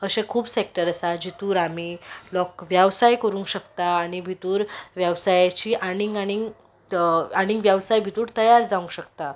अशें खूब सॅक्टर आसा जेतून आमी लोक वेवसाय करूंक शकता आनी भितूर वेवसायाची आनीक आनीक आनीक वेवसाय भितूर तयार जावंक शकता